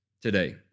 today